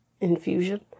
infusion